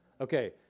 Okay